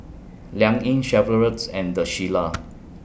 Liang Yi Chevrolet's and The Shilla